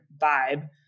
vibe